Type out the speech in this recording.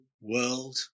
world